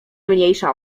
mniejsza